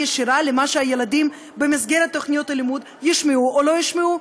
בגלל אנשים לא מתורבתים אכן שופטים אותה ולא מקבלים אותה.